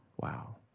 Wow